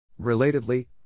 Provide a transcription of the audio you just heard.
Relatedly